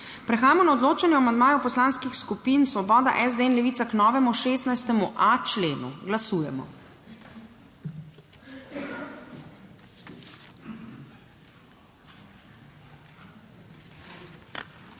Prehajamo na odločanje o amandmaju poslanskih skupin Svoboda, SD in Levica k 2. členu. Glasujemo.